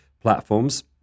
platforms